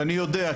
ואני יודע,